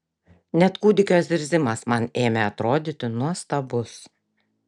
net kūdikio zirzimas man ėmė atrodyti nuostabus